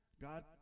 God